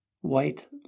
white